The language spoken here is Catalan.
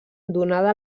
donada